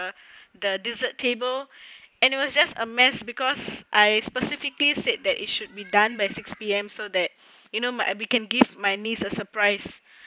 the dessert table and it was just a mess because I specifically said that it should be done by six P_M so that you know my we can give my niece a surprise